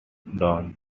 down